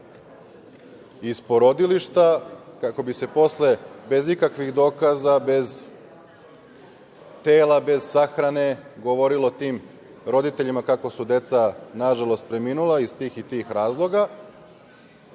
iz porodilišta kako bi se posle bez ikakvih dokaza, bez tela, bez sahrane govorilo tim roditeljima kako su deca nažalost preminula iz tih i tih razloga,